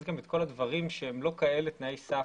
גם את כל הדברים שהם לא כאלה תנאי סף.